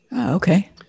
Okay